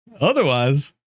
otherwise